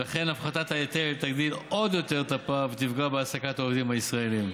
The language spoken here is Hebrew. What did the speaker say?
ולכן הפחתת ההיטל תגדיל עוד את הפער ותפגע בהעסקת העובדים הישראלים.